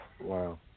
Wow